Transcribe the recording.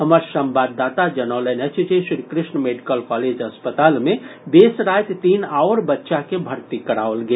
हमर संवाददाता जनौलनि अछि जे श्रीकृष्ण मेडिकल कॉलेज अस्पताल मे बेस राति तीन आओर बच्चा के भर्ती कराओल गेल